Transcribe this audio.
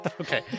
Okay